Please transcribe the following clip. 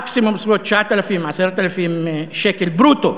מקסימום בסביבות 9,000, 10,000 שקל ברוטו.